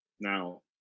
now